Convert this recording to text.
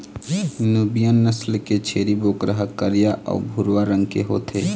Nubian नसल के छेरी बोकरा ह करिया अउ भूरवा रंग के होथे